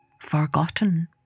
forgotten